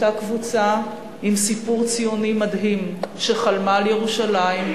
אותה קבוצה עם סיפור ציוני מדהים שחלמה על ירושלים,